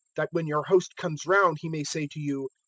that when your host comes round he may say to you,